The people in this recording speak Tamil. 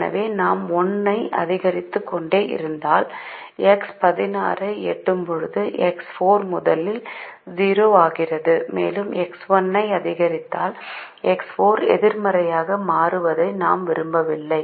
எனவே நாம் 1 ஐ அதிகரிதுக்கொண்டே இருந்தால் X1 6 ஐ எட்டும்போது X4 முதலில் 0 ஆகிறது மேலும் X1 ஐ அதிகரித்தால் X4 எதிர்மறையாக மாறுவதை நாம் விரும்பவில்லை